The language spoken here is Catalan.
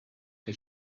que